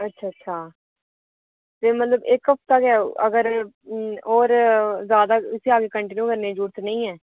अच्छा अच्छा ते मतलब इक्क हफ्ता गै अगर होर ज्यादा इस्सी अग्गै कंटीन्यू करने दी जरूरत निं ऐ